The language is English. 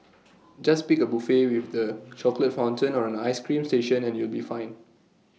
just pick A buffet with the chocolate fountain or an Ice Cream station and you'll be fine